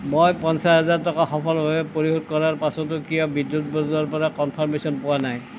মই পঞ্চাছ হাজাৰ টকা সফলভাৱে পৰিশোধ কৰাৰ পাছতো কিয় বিদ্যুৎ বোৰ্ডৰ পৰা কনফাৰ্মেশ্যন পোৱা নাই